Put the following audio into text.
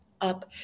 up